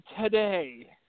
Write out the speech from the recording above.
today